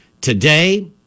today